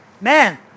man